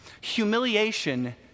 Humiliation